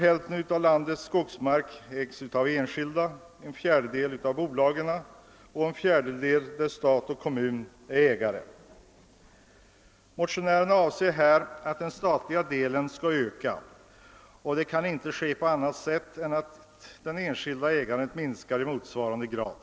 Hälften av landets skogsmark ägs av enskilda, en fjärdedel av bolagen samt en fjärdedel av stat och kommun. Motionärerna avser att den statliga delen skall öka, och det kan inte ske på annat sätt än att det enskilda ägandet minskar i motsvarande grad.